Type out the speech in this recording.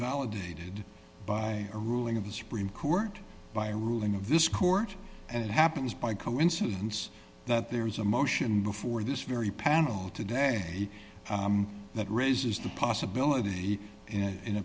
validated by a ruling of the supreme court by a ruling of this court and it happens by coincidence that there was a motion before this very panel today that raises the possibility in